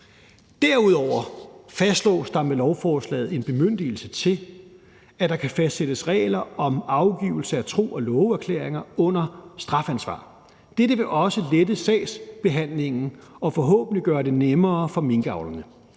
Derudover fastslås der med lovforslaget en bemyndigelse til, at der kan fastsættes regler om afgivelse af tro- og loveerklæringer under strafansvar. Dette vil også lette sagsbehandlingen og forhåbentlig gøre det nemmere for minkavlerne.